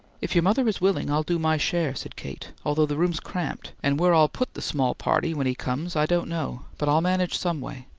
if your mother is willing, i'll do my share, said kate, although the room's cramped, and where i'll put the small party when he comes i don't know, but i'll manage someway.